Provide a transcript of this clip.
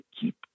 keep